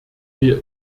wir